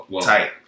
Tight